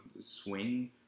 swing